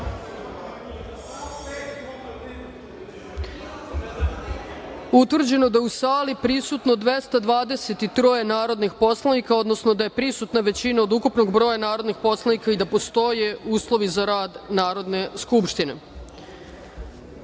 utvrđeno da je u sali prisutno 67 narodnih poslanika, odnosno da nije prisutna većina od ukupnog broja narodnih poslanika i da u ovom trenutku ne postoje uslovi za rad Narodne skupštine